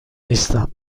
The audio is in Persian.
نیستم